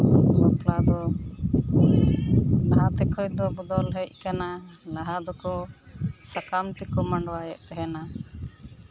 ᱵᱟᱯᱞᱟ ᱫᱚ ᱞᱟᱦᱟᱛᱮ ᱠᱷᱚᱱ ᱫᱚ ᱵᱚᱫᱚᱞ ᱦᱮᱡ ᱠᱟᱱᱟ ᱞᱟᱦᱟ ᱫᱚᱠᱚ ᱥᱟᱠᱟᱢ ᱛᱮᱠᱚ ᱢᱟᱰᱣᱟᱭᱮᱫ ᱛᱟᱦᱮᱱᱟ